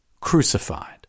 crucified